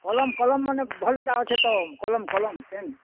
କଲମ୍ କଲମ୍ ମାନେ ଭଲଟା ଅଛେ ତ କଲମ୍ କଲମ୍ ପେନ୍